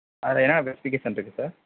அதில் என்னென்ன ஸ்பெசிஃபிகேஷன் இருக்குது சார்